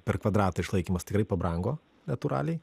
per kvadratą išlaikymas tikrai pabrango natūraliai